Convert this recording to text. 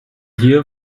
hier